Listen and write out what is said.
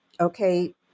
okay